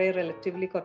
relatively